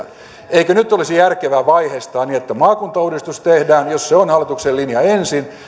eikö nyt olisi järkevää vaiheistaa niin että maakuntauudistus tehdään ensin jos se on hallituksen linja